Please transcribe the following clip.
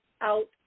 out